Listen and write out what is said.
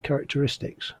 characteristics